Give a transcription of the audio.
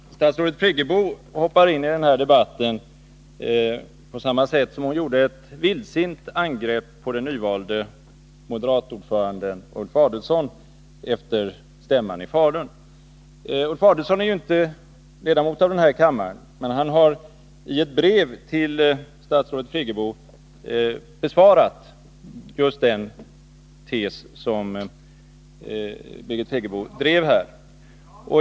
Herr talman! Statsrådet Friggebo hoppar in i den här debatten på samma sätt som hon gjorde ett vildsint angrepp på den nyvalde moderatordföranden Ulf Adelsohn efter stämman i Falun. Ulf Adelsohn är ju inte ledamot av kammaren, men han har i ett brev till statsrådet Friggebo besvarat just den tes som Birgit Friggebo drev här.